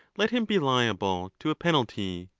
let him be liable to a penalty.